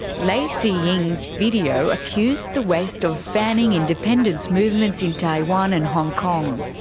lei xiying's video accused the west of fanning independence movements in taiwan and hong kong.